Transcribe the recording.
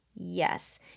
Yes